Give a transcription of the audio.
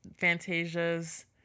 fantasia's